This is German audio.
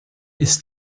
ist